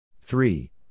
three